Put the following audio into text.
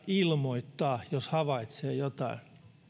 ilmoittaa jos havaitsee jotain